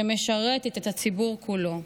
שמשרתת את הציבור כולו.